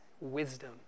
wisdom